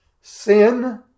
Sin